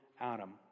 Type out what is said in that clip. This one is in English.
Adam